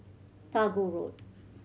Tagore Road